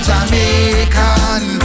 Jamaican